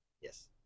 Yes